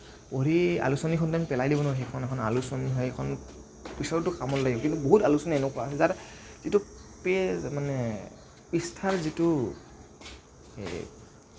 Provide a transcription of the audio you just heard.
পঢ়ি আলোচনীখনটো আমি পেলাই দিব নোৱাৰোঁ সেইখন এখন আলোচনী হয় সেইখন পিছতো কামত লাগিব কিন্তু বহুত আলোচনী এনেকুৱা যাৰ যিটো পেজ মানে পৃষ্ঠাৰ যিটো